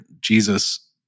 Jesus